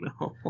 no